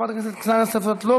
חברת הכנסת קסניה סבטלובה,